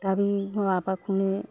दा बे माबाखौनो